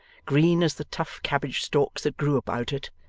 green as the tough cabbage-stalks that grew about it,